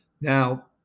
Now